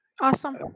Awesome